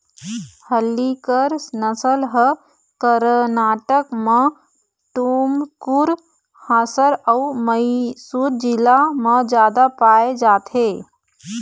हल्लीकर नसल ह करनाटक म टुमकुर, हासर अउ मइसुर जिला म जादा पाए जाथे